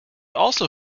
also